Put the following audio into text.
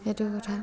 সেইটো কথা